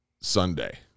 Sunday